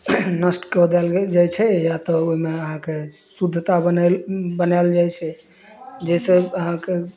नष्ट कऽ दैल जाइ छै या तऽ ओहिमे अहाँके शुद्धता बना बनाएल जाइ छै जाहिसँ अहाँके